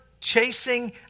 chasing